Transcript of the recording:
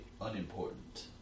unimportant